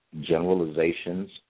generalizations